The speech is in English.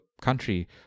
country